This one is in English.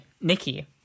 Nikki